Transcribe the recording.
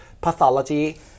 pathology